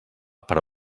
per